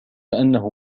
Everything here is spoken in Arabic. أنه